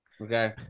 Okay